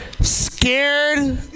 scared